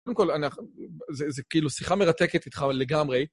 קודם כול, זה כאילו שיחה מרתקת איתך לגמרי.